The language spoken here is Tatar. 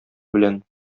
белән